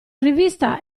rivista